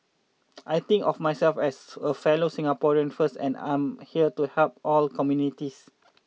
I think of myself as a fellow Singaporean first and I'm here to help all communities